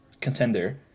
contender